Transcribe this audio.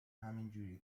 همینجوری